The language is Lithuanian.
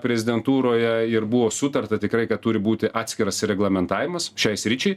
prezidentūroje ir buvo sutarta tikrai kad turi būti atskiras reglamentavimas šiai sričiai